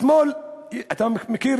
אתמול אתה מכיר,